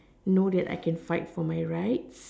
know that I can fight for my rights